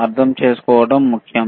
అర్థం చేసుకోవడం ముఖ్యం